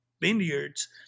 vineyards